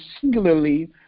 singularly